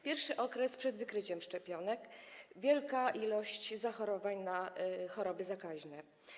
Pierwszy okres przed wynalezieniem szczepionek to wielka ilość zachorowań na choroby zakaźne.